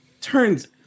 turns